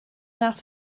nach